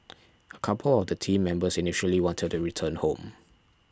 a couple of the team members initially wanted to return home